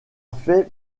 fait